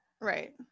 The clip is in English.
Right